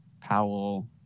Powell